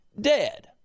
dead